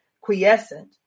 quiescent